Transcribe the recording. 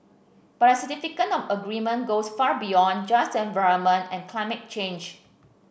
but the significance of the agreement goes far beyond just the environment and climate change